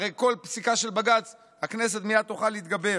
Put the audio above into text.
הרי כל פסיקה של בג"ץ, הכנסת מייד תוכל להתגבר.